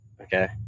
okay